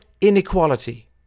inequality